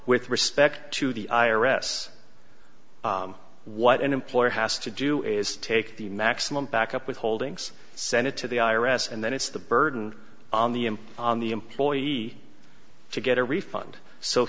with respect to the i r s what an employer has to do is take the maximum backup withholdings send it to the i r s and then it's the burden on the on the employee to get a refund so